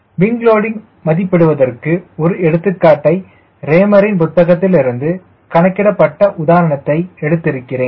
wing loading மதிப்பிடுவதற்கு ஒரு எடுத்துக்காட்டை ரேமரின்raymer's புத்தகத்திலிருந்து கணக்கிடப்பட்ட உதாரணத்தை எடுத்திருக்கிறேன்